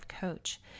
coach